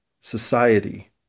society